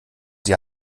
sie